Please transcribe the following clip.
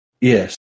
Yes